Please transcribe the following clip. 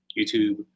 YouTube